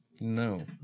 No